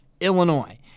Illinois